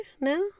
now